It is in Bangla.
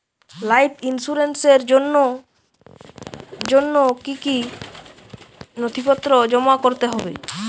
লাইফ ইন্সুরেন্সর জন্য জন্য কি কি নথিপত্র জমা করতে হবে?